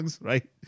right